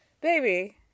Baby